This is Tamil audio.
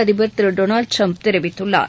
அதிபர் டொனால்ட் ட்ரம்ப் தெரிவித்துள்ளார்